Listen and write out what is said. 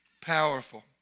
Powerful